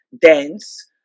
dense